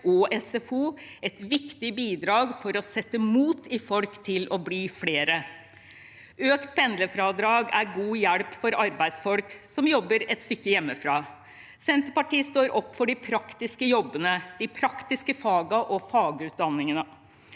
og SFO et viktig bidrag for å sette mot i folk til å bli flere. Økt pendlerfradrag er god hjelp for arbeidsfolk som jobber et stykke hjemmefra. Senterpartiet står opp for de praktiske jobbene, de praktiske fagene og fagutdanningene.